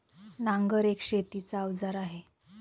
नांगर एक शेतीच अवजार आहे